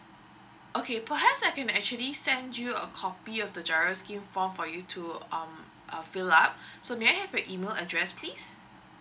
okay perhaps I can actually send you a copy of the G_I_R_O scheme form for you to um uh fill up so may I have your email address please